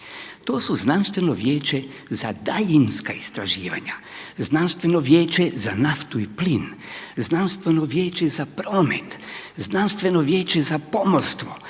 To su Znanstveno vijeće za daljinska istraživanja, Znanstveno vijeća za naftu i plin, Znanstveno vijeća za promet, Znanstveno vijeća za pomorstvo,